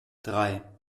drei